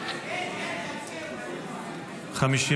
34 בדבר תוספת תקציב לא נתקבלו.